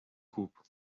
cup